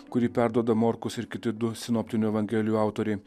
kurį perduoda morkus ir kiti du sinoptinių evangelijų autoriai